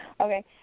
Okay